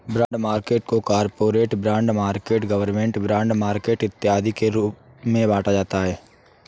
bond market को corporate bond market government bond market इत्यादि के रूप में बांटा जाता है